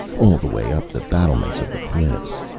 all the way up the battlements of the cliffs.